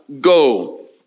go